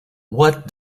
what